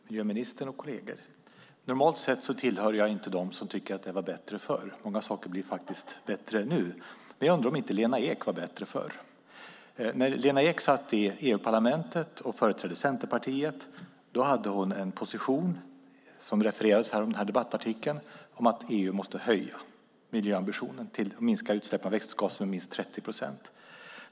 Fru talman! Miljöministern och kolleger! Normalt sett tillhör jag inte dem som tycker att det var bättre förr. Många saker är faktiskt bättre nu. Men jag undrar om inte Lena Ek var bättre förr. När Lena Ek satt i EU-parlamentet och företrädde Centerpartiet hade hon den position som refererades nyss i samband med debattartikeln om att EU måste höja miljöambitionen till att minska utsläppen av växthusgaser med minst 30 procent.